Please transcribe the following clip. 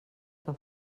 que